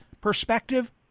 perspective